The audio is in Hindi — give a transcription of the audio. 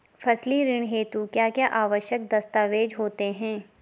फसली ऋण हेतु क्या क्या आवश्यक दस्तावेज़ होते हैं?